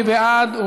מי בעד?